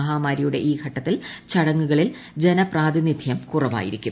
മഹാമാരിയുടെ ഈ ഘട്ടത്തിൽ ചടങ്ങുകളിൽ ജനപ്രാതിനിധ്യിപ്പു കുറവായിരിക്കും